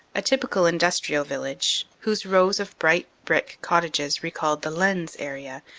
a typical industrial village, whose rows of bright brick cottages recalled the lens area,